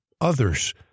others